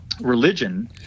religion